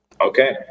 okay